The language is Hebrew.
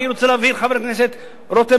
חבר הכנסת רותם,